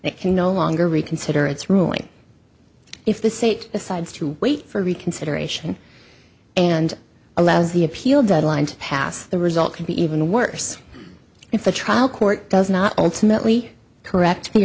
it can no longer reconsider its ruling if the sate decides to wait for reconsideration and allows the appeal deadline to pass the result can be even worse if the trial court does not ultimately correct the